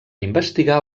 investigar